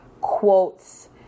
quotes